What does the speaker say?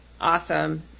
Awesome